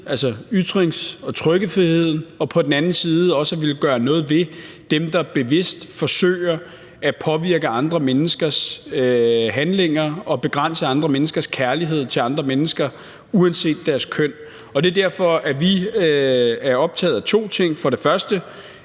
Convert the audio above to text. side ytrings- og trykkefriheden og på den anden side det også at ville gøre noget ved dem, der bevidst forsøger at påvirke andre menneskers handlinger og begrænse menneskers kærlighed til andre mennesker uanset deres køn. Det er derfor, vi er optaget af to ting. Vi vil gerne